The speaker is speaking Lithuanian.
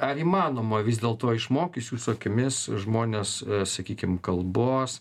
ar įmanoma vis dėlto išmokius jūsų akimis žmones sakykim kalbos